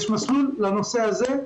יש מסלול לנושא הזה.